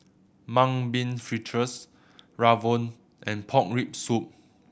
Mung Bean Fritters rawon and pork rib soup